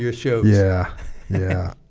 your shows yeah yeah